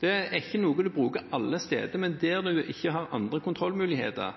Det er ikke noe man bruker alle steder, men der